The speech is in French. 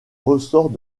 ressorts